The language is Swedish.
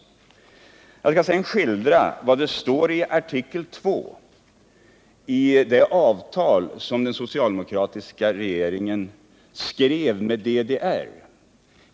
Jag skall sedan skildra vad som står i artikel 2 i det avtal som den socialdemokratiska regeringen skrev med DDR.